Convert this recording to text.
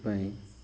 ସେଥିପାଇଁ